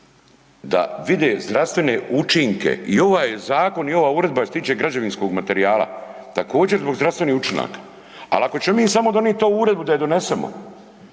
da vide zdravstvene učinke i ovaj zakon i ova uredba je što se tiče građevinskog materijala također zbog zdravstvenih učinaka. Ali ako ćemo mi samo donijet ovu uredbu da je donesemo